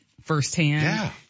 firsthand